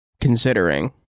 considering